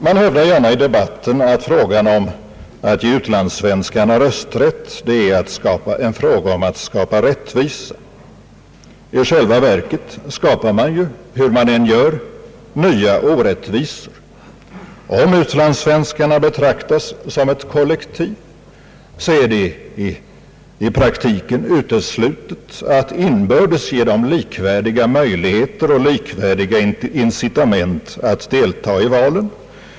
Man hävdar gärna i debatten att frågan om att ge utlandssvenskarna rösträtt är en fråga om att skapa rättvisa. I själva verket skapar man, hur man än gör, nya orättvisor. Om utlandssvenskarna betraktas som ett kollektiv, så är det i praktiken uteslutet att inbördes ge dem likvärdiga möjligheter och likvärdiga incitament att delta i valen.